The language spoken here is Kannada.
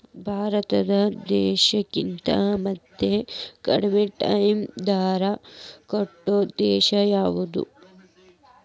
ಭಾರತ್ ದೇಶಕ್ಕಿಂತಾ ಅತೇ ಕಡ್ಮಿ ಟ್ಯಾಕ್ಸ್ ದರಾ ಕಟ್ಟೊ ದೇಶಾ ಯಾವ್ದು?